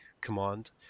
command